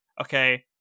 okay